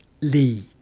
Lee